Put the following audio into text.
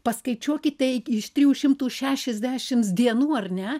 paskaičiuokite iš trijų šimtų šešiasdešims dienų ar ne